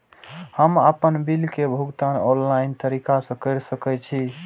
हम आपन बिल के भुगतान ऑनलाइन तरीका से कर सके छी?